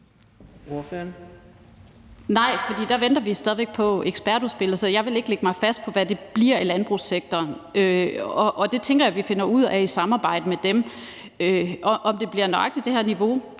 der venter vi stadig væk på ekspertudspillet. Jeg vil ikke lægge mig fast på, hvad det bliver i landbrugssektoren. Det tænker jeg vi finder ud af i samarbejde med dem. I forhold til om det bliver nøjagtig det her niveau,